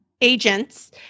agents